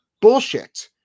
Bullshit